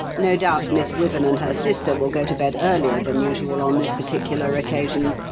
no doubt miss wyvern and her sister will go to bed earlier than usual on this particular occasion.